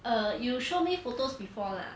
err you show me photos before lah